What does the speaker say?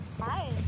Hi